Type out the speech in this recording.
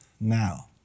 Now